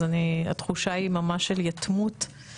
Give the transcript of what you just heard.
אז התחושה היא ממש של יתמות.